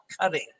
cutting